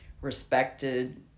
respected